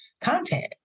content